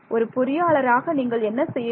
ஒரு பொறியாளராக நீங்கள் என்ன செய்ய வேண்டும்